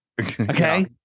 Okay